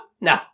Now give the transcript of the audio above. no